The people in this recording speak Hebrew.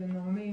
לנעמי,